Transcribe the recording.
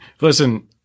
Listen